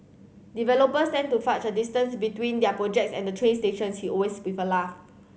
developers tend to fudge a distance between their projects and the train stations he always with a laugh